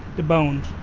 the bones.